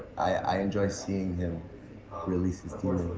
i enjoy seeing him release his